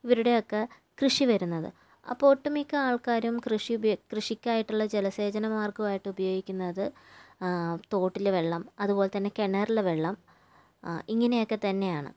ഇവരുടെയൊക്കെ കൃഷി വരുന്നത് അപ്പോൾ ഒട്ടുമിക്ക ആൾക്കാരും കൃഷി കൃഷിക്കായിട്ടുള്ള ജലസേചന മാർഗ്ഗമായിട്ട് ഉപയോഗിക്കുന്നത് തോട്ടിലെ വെള്ളം അതുപോലെതന്നെ കിണറിലെ വെള്ളം ഇങ്ങനെയൊക്കെ തന്നെയാണ്